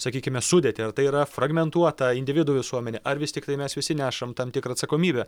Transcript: sakykime sudėtį ar tai yra fragmentuota individų visuomenė ar vis tiktai mes visi nešam tam tikrą atsakomybę